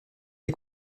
les